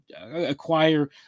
acquire